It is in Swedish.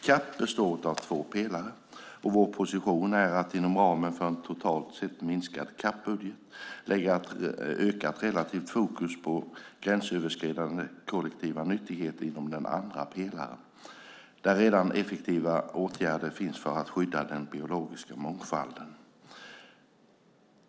CAP består av två pelare, och vår position är att inom ramen för en totalt sett minskad CAP-budget lägga ökat relativt fokus på gränsöverskridande kollektiva nyttigheter inom den andra pelaren där redan effektiva åtgärder finns för att skydda den biologiska mångfalden.